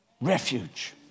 refuge